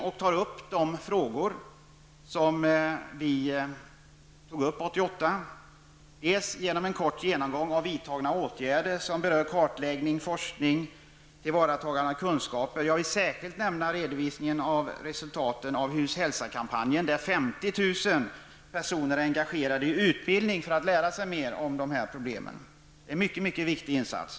Man tar upp de frågor som berördes 1988. Det handlar dels om en kort genomgång av vidtagna åtgärder som berör kartläggning, forskning, tillvaratagande av kunskaper, samt, och det vill jag särskilt understryka, redovisningen av resultatet av Hus och hälsa-kampanjen. 50 000 personer har ju engagerats i utbildning för att lära sig mera om de här problemen. Det är en synnerligen viktig insats.